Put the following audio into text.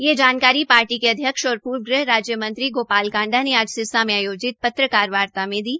यह जानकारी पार्टी के अध्यक्ष और पूर्व गृह राज्यमंत्री गोपाल कांडा ने आज सिरसा में आयोजित पत्रकार वार्ता में दी